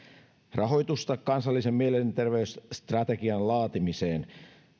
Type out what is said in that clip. rahoitusta kansallisen mielenterveysstrategian laatimiseen